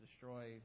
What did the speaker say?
destroy